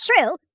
true